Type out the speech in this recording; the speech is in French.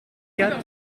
quatre